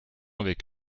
avec